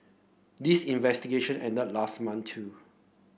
this investigation ended last month too